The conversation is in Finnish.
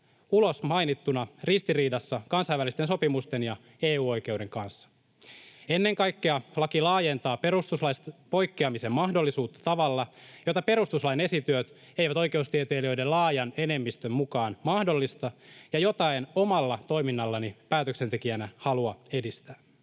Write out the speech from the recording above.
ulosmainittuna ristiriidassa kansainvälisten sopimusten ja EU-oikeuden kanssa. Ennen kaikkea laki laajentaa perustuslaista poikkeamisen mahdollisuutta tavalla, jota perustuslain esityöt eivät oikeustieteilijöiden laajan enemmistön mukaan mahdollista ja jota en omalla toiminnallani päätöksentekijänä halua edistää.